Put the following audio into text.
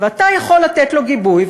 ואתה יכול לתת לו גיבוי,